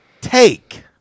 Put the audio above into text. take